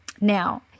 Now